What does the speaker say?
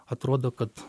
atrodo kad